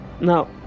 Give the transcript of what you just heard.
now